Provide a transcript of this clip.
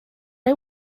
are